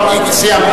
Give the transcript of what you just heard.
עכשיו סיימת.